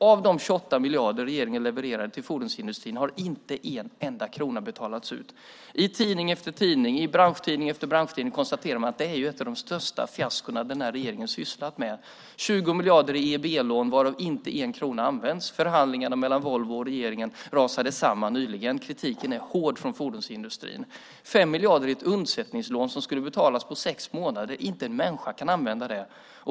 Av de 28 miljarder regeringen levererar till fordonsindustrin har inte en enda krona betalats ut. I tidning efter tidning, i branschtidning efter branschtidning, konstaterar man att det är ett av de största fiaskon som den här regeringen sysslat med: 20 miljarder i EIB-lån varav inte en krona använts. Förhandlingarna mellan Volvo och regeringen rasade samman nyligen. Kritiken är hård från fordonsindustrin. Man avsatte 5 miljarder till ett undsättningslån som skulle betalas på sex månader. Inte en människa kan använda det.